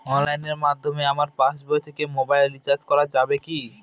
অনলাইনের মাধ্যমে আমার পাসবই থেকে মোবাইল রিচার্জ করা যাবে কি?